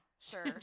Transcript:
Sure